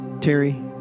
Terry